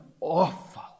awful